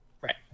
right